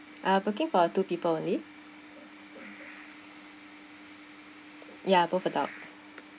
uh booking for two people only ya both adult